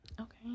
Okay